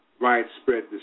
widespread